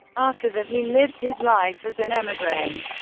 after that, he lived his life as an emigre.